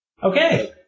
Okay